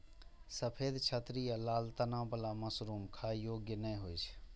सफेद छतरी आ लाल तना बला मशरूम खाइ योग्य नै होइ छै